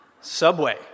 Subway